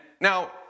now